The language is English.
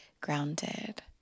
grounded